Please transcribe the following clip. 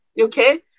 okay